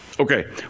Okay